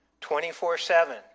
24-7